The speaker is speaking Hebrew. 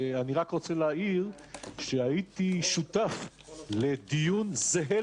אני רק רוצה להעיר שהייתי שותף לדיון זהה